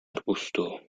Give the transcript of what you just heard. arbusto